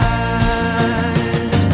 eyes